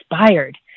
inspired